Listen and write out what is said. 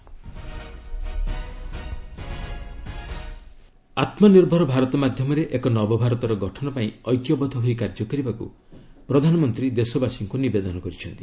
PM ଆମ୍ନିର୍ଭର ଭାରତ ଆତ୍ମନିର୍ଭର ଭାରତ ମାଧ୍ୟମରେ ଏକ ନବଭାରତର ଗଠନ ପାଇଁ ଐକ୍ୟବଦ୍ଧ ହୋଇ କାର୍ଯ୍ୟକରିବାକୁ ପ୍ରଧାନମନ୍ତ୍ରୀ ଦେଶବାସୀଙ୍କୁ ନିବେଦନ କରିଛନ୍ତି